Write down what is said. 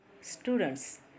Students